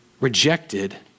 rejected